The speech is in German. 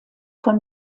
von